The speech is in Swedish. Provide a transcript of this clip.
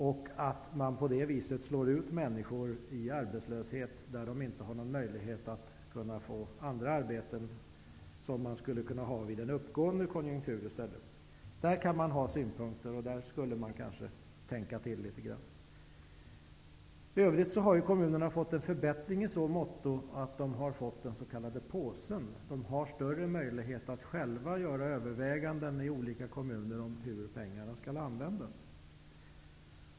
Man slår på det här sättet ut människor i arbetslöshet, och de har inte någon möjlighet att få andra arbeten, vilket de skulle ha kunnat få vid en uppåtgående konjunktur. På detta kan man ha synpunkter. Här kanske man skulle tänka till litet grand. I övrigt har kommunerna fått en förbättring i så måtto att de har fått den s.k. påsen. De olika kommunerna har större möjligheter att själva göra överväganden om hur pengarna skall användas.